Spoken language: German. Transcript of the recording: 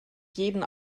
jeden